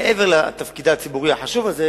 מעבר לתפקידה הציבורי החשוב הזה,